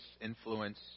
influence